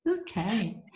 okay